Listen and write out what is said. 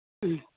ꯎꯝ